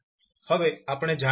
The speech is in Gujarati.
હવે આપણે જાણીએ છીએ કે vLdidt છે